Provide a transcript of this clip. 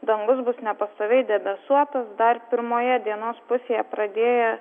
dangus bus nepastoviai debesuotas dar pirmoje dienos pusėje pradėję